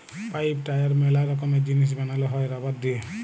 pipe, tyre ম্যালা রকমের জিনিস বানানো হ্যয় রাবার দিয়ে